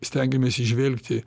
stengiamės įžvelgti